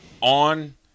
on